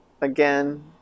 Again